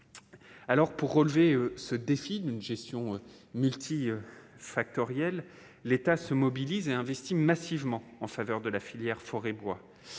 alors pour relever ce défi d'une gestion multi-factorielles, l'État se mobilise et investit massivement en faveur de la filière forêt, Bois,